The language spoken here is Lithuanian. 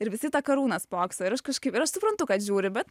ir visi į tą karūną spokso ir aš kažkaip ir aš suprantu kad žiūri bet